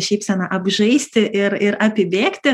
šypsena apžaisti ir ir apibėgti